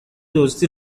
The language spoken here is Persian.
دزدی